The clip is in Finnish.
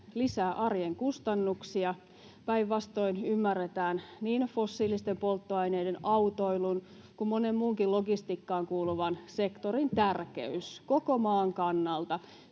lisää arjen kustannuksia. Päinvastoin, siellä ymmärretään niin fossiilisten polttoaineiden, autoilun kuin monen muunkin logistiikkaan kuuluvan sektorin tärkeys koko maan kannalta,